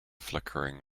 flickering